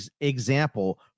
example